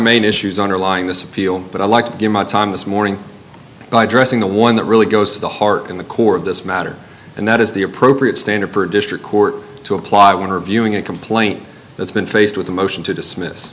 main issues underlying this appeal but i like to give my time this morning by addressing the one that really goes to the heart in the core of this matter and that is the appropriate standard for a district court to apply when reviewing a complaint that's been faced with a motion to dismiss